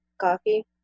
coffee